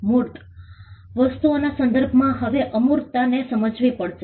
મૂર્ત વસ્તુઓના સંદર્ભમાં હવે અમૂર્તતાને સમજવી પડશે